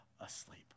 asleep